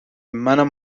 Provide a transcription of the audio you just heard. منم